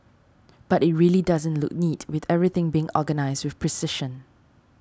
but it really doesn't look neat with everything being organised with precision